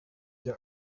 jya